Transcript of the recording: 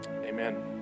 Amen